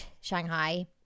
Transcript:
Shanghai